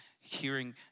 hearing